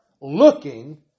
looking